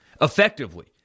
effectively